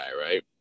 right